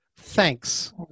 thanks